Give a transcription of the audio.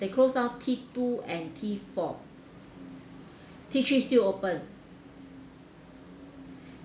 they closed down T two and T four T three still open